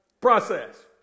Process